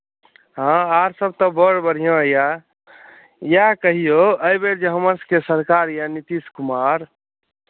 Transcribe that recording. हँ आर सभ तऽ बड़ बढ़िऑं यऽ इएह कहियौ एहि बेर जे हमर सभके सरकार यऽ नीतीश कुमार